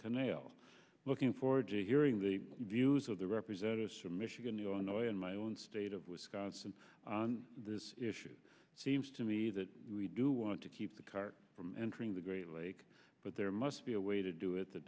canal looking forward to hearing the views of the representatives from michigan your i know in my own state of wisconsin on this issue seems to me that we do want to keep the car from entering the great lake but there must be a way to do it that